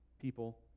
people